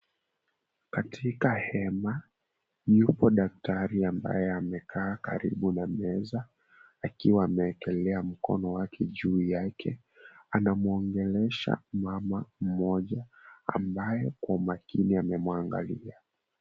Katika hema, yupo daktari ambaye amekaa karibu na meza akiwa ameekelea mkono wake juu yake, anamwongelesha mama mmoja ambaye kwa umakini amemwangalia.